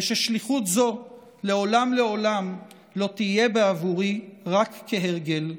וששליחות זו לעולם לעולם לא תהיה בעבורי רק כהרגל.